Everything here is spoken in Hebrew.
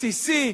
בסיסי,